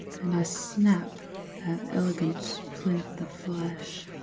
and i snap that elegant plinth of flesh,